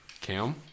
Cam